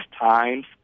times